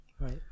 Right